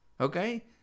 Okay